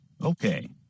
Okay